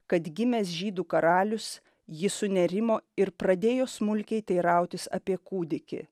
kad gimęs žydų karalius jis sunerimo ir pradėjo smulkiai teirautis apie kūdikį